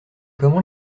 comment